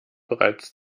bereits